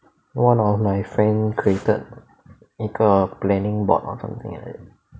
one of my friend created 一个 planning board or something like that